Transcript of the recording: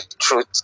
truth